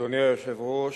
אדוני היושב-ראש,